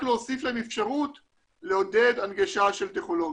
ורק להוסיף להן אפשרות לעודד הנגשה של טכנולוגיות.